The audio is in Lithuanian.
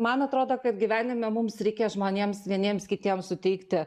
man atrodo kad gyvenime mums reikia žmonėms vieniems kitiems suteikti